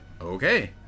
Okay